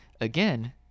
Again